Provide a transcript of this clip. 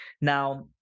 Now